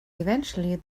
eventually